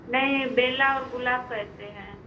नहीं बेला और गुलाब कैसे हैं